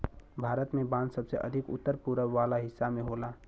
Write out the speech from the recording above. भारत में बांस सबसे अधिका उत्तर पूरब वाला हिस्सा में होला